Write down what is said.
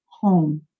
home